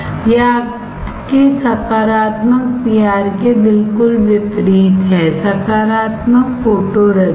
यह आपके सकारात्मक पीआर के बिल्कुल विपरीत है सकारात्मक फोटोरेजिस्ट